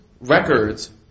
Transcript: records